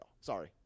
Sorry